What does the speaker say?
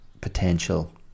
potential